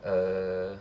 uh